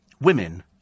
women